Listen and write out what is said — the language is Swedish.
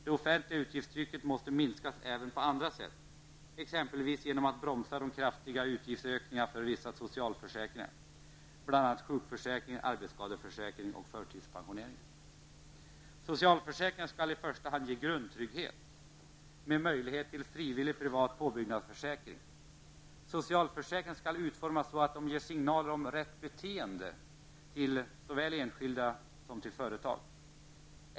Det offentliga utgiftstrycket måste minskas även på andra sätt, exempelvis genom en bromsning av de kraftiga utgiftsökningarna när det gäller vissa socialförsäkringar, bl.a. sjukförsäkring, arbetsskadeförsäkring och förtidspension. Socialförsäkringarna skall i första hand ge grundtrygghet, med möjlighet till frivillig privat påbyggnadsförsäkring. Socialförsäkringarna skall utformas så, att de ger signaler om rätt beteende såväl till enskilda som till företag.